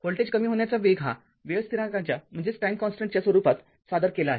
voltage कमी होण्याचा वेग हा वेळ स्थिरांकाच्या स्वरूपात सादर केला आहे